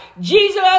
Jesus